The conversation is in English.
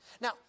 now